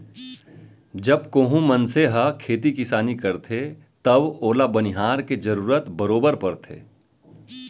जब कोहूं मनसे ह खेती किसानी करथे तव ओला बनिहार के जरूरत बरोबर परथे